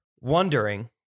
wondering